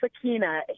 Sakina